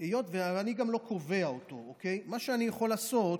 היות שאני גם לא קובע אותו, מה שאני יכול לעשות,